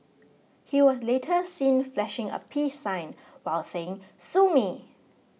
he was later seen flashing a peace sign while saying Sue me